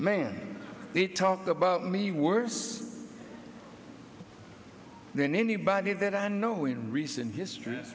man they talked about me worse than anybody that i know in recent history